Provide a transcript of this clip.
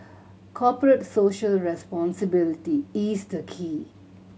Corporate Social Responsibility is the key